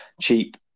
cheap